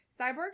Cyborg